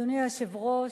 אדוני היושב-ראש,